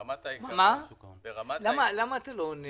ברמת העיקרון --- למה אתה לא עונה לי?